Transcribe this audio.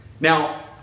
Now